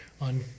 on